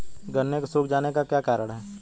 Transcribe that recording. गन्ने के सूख जाने का क्या कारण है?